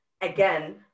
again